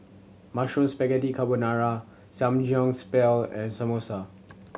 Mushroom Spaghetti Carbonara Samgyeopsal and Samosa